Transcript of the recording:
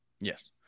Yes